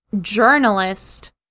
journalist